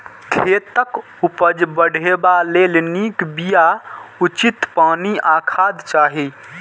खेतक उपज बढ़ेबा लेल नीक बिया, उचित पानि आ खाद चाही